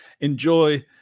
Enjoy